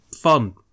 fun